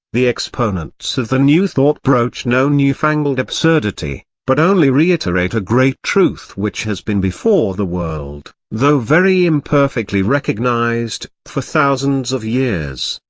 the exponents of the new thought broach no new-fangled absurdity, but only reiterate a great truth which has been before the world, though very imperfectly recognised, for thousands of years.